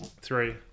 Three